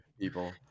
people